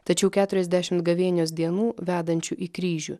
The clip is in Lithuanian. tačiau keturiasdešimt gavėnios dienų vedančių į kryžių